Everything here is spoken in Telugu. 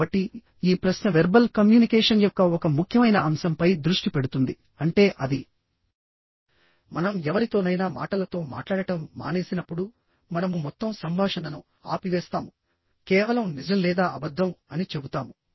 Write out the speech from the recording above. కాబట్టి ఈ ప్రశ్న వెర్బల్ కమ్యూనికేషన్ యొక్క ఒక ముఖ్యమైన అంశంపై దృష్టి పెడుతుందిఅంటే అది మనం ఎవరితోనైనా మాటలతో మాట్లాడటం మానేసినప్పుడుమనము మొత్తం సంభాషణను ఆపివేస్తాము కేవలం నిజం లేదా అబద్ధం అని చెబుతాము